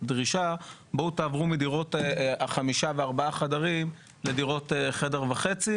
דרישה בואו תעברו מדירות חמישה וארבעה חדרים לדירות חדר וחצי